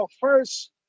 first